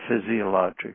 physiologic